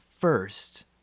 first